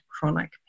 chronic